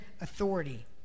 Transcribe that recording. authority